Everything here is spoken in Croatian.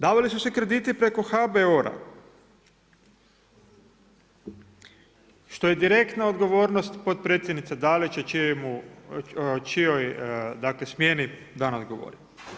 Davali su se krediti preko HBOR-a što je direktna odgovornost potpredsjednice Dalić o čijoj smjeni danas govorimo.